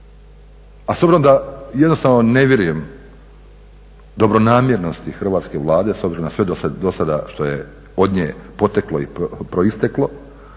a s obzirom da jednostavno ne vjerujem dobronamjernosti hrvatske Vlade s obzirom na sve dosada što je od nje poteklo i proisteklo